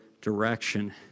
direction